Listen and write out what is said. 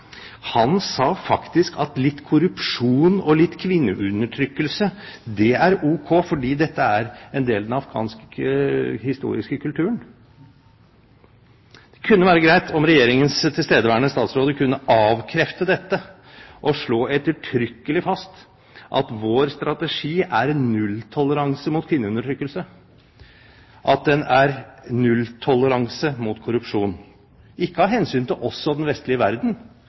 Han sa faktisk at litt korrupsjon og litt kvinneundertrykkelse er ok, fordi dette er en del av den afghanske, historiske kulturen. Det kunne være greit om Regjeringens tilstedeværende statsråder kunne avkrefte dette og slå ettertrykkelig fast at vår strategi er nulltoleranse hva gjelder kvinneundertrykkelse, nulltoleranse hva gjelder korrupsjon – ikke av hensyn til oss og den vestlige verden,